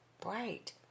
bright